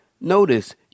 Notice